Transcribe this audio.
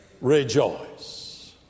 rejoice